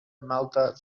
malta